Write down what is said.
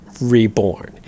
reborn